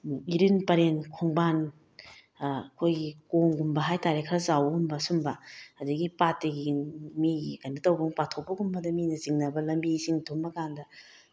ꯏꯔꯤꯜ ꯄꯔꯦꯡ ꯈꯣꯡꯕꯥꯜ ꯑꯩꯈꯣꯏꯒꯤ ꯀꯣꯝꯒꯨꯝꯕ ꯍꯥꯏ ꯇꯥꯔꯦ ꯈꯔ ꯆꯥꯎꯕꯒꯨꯝꯕ ꯁꯨꯝꯕ ꯑꯗꯒꯤ ꯄꯥꯠꯇꯒꯤ ꯃꯤ ꯀꯩꯅꯣ ꯇꯧꯕ ꯄꯥꯊꯣꯛꯄꯒꯨꯝꯕꯗ ꯃꯤꯅ ꯆꯤꯡꯅꯕ ꯂꯝꯕꯤ ꯏꯁꯤꯡ ꯊꯨꯝꯃ ꯀꯥꯟꯗ